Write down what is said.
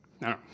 No